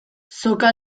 soka